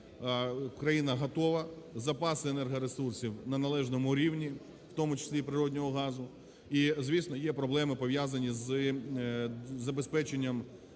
країна готова, запас енергоресурсів на належному рівні, в тому числі і природного газу, і, звісно, є проблеми, пов'язані із забезпеченням